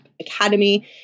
Academy